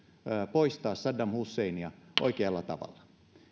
poistaa saddam husseinia oikealla tavalla